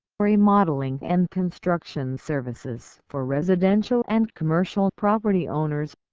remodeling and construction services for residential and commercial property owners,